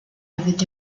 avec